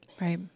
Right